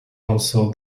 also